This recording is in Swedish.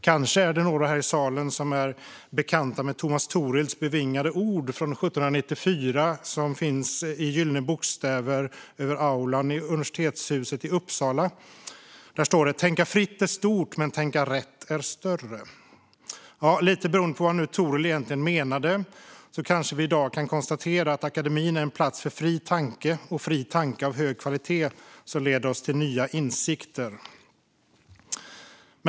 Kanske är några här i salen bekanta med Thomas Thorilds bevingade ord från 1794, som står i gyllene bokstäver över ingången till aulan i Universitetshuset i Uppsala. Där står: "Tänka fritt är stort men tänka rätt är större." Lite beroende på vad Thorild egentligen menade kanske vi i dag kan konstatera att akademin är en plats för fri tanke av hög kvalitet som leder oss till nya insikter.